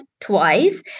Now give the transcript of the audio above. twice